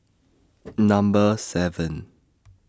Number seven